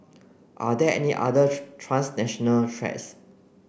are there any other transnational threats